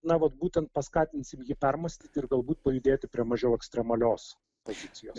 na vat būtent paskatinsim jį permąstyti ir galbūt pajudėti prie mažiau ekstremalios pozicijos